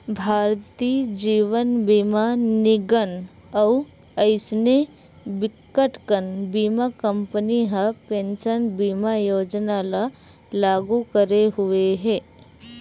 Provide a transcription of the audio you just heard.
भारतीय जीवन बीमा निगन अउ अइसने बिकटकन बीमा कंपनी ह पेंसन बीमा योजना ल लागू करे हुए हे